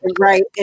Right